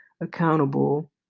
accountable